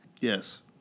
Yes